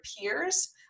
peers